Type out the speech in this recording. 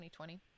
2020